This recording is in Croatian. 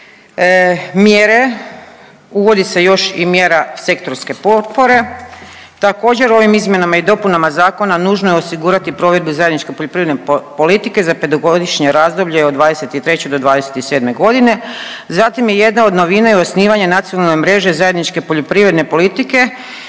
mjere uvodi se još i mjera sektorske potpore. Također ovim izmjenama i dopunama zakona nužno je osigurati provedbu i zajedničke poljoprivredne za 5-godišnje razdoblje od '23. do '27.g., zatim je jedna od novina i osnivanje Nacionalne mreže zajedničke poljoprivredne politike